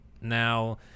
Now